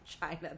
China